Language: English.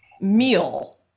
meal